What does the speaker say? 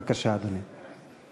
בבקשה, אדוני.